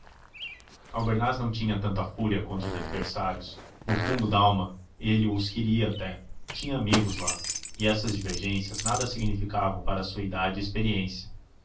aí albernaz não tinha tanta fúria contra os adversários no fundo dalma ele os queria até tinha amigos lá e essas divergências nada significavam para a sua idade e experiência